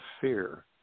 fear